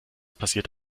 passiert